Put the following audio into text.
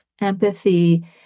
empathy